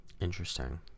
Interesting